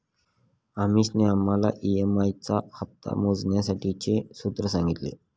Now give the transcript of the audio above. अमीषाने आम्हाला ई.एम.आई चा हप्ता मोजण्यासाठीचे सूत्र सांगितले